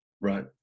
Right